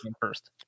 first